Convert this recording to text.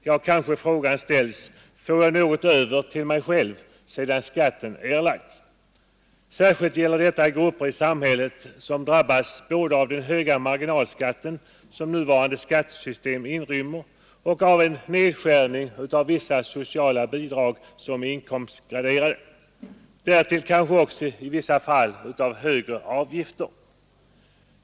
Ja, kanske frågan ställs: Får jag något över till mig själv sedan skatten erlagts? Särskilt gäller detta grupper i samhället som drabbas både av den höga marginalskatten som nuvarande skattesystem inrymmer och av en nedskärning av vissa sociala bidrag, som är inkomstgraderade och därtill kanske också i vissa fall av högre avgifter.